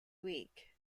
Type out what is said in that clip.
weak